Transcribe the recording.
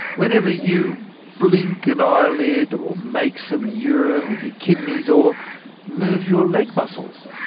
whenever you blink an eyelid, or make some urine with your kidneys, or move your leg muscles,